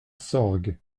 sorgues